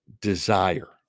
desire